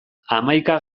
hamaika